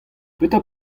petra